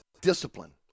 discipline